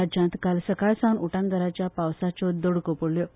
राज्यांत काल सकाळसावन उटंगाराच्या पावसाच्यो दडको पडल्यो